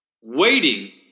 waiting